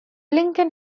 lincoln